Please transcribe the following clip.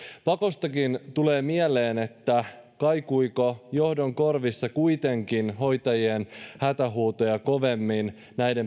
pakostakin tulee mieleen kaikuivatko johdon korvissa kuitenkin hoitajien hätähuutoja kovemmin